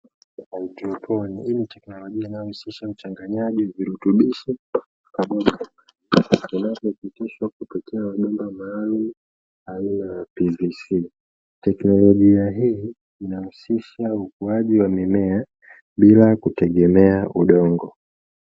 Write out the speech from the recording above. Haidroponi; ni teknolojia inayojihusisha na uchanganyaji wa virutubisho, vinavyopitishwa katika aina ya mabomba maalumu aina ya "PVC", hili linahusisha ukuaji wa mimea bila kutegemea udongo.